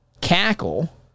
cackle